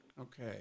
Okay